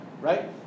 right